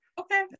Okay